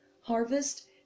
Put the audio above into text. harvest